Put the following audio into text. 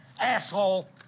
asshole